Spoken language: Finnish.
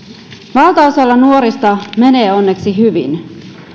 valtaosalla nuorista menee onneksi hyvin